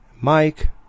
Mike